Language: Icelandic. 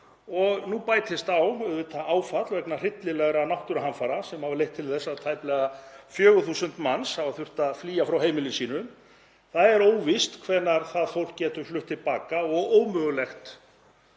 og nú bætist á auðvitað áfall vegna hryllilegra náttúruhamfara sem hafa leitt til þess að tæplega 4.000 manns hafa þurft að flýja frá heimili sínu. Það er óvíst hvenær það fólk getur flutt til baka og ómögulegt